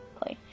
play